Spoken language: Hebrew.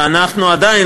ואנחנו עדיין,